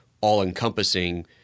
all-encompassing